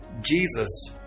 Jesus